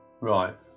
Right